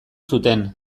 zuten